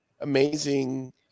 amazing